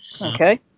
Okay